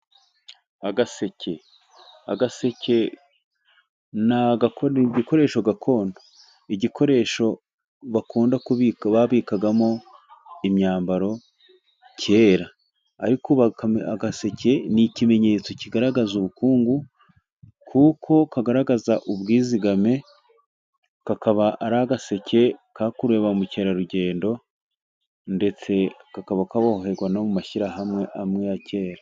Agaseke ni igikoresho gakondo igikoresho bakunda kubika babikagamo imyambaro kera ariko agaseke ni ikimenyetso kigaragaza ubukungu kuko kagaragaza ubwizigame, kakaba ari agaseke kakorewe ba mukerarugendo ndetse kakaba kaboherwa no mu mashyirahamwe amwe ya kera.